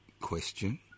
question